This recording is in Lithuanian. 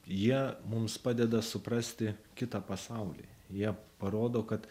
jie mums padeda suprasti kitą pasaulį jie parodo kad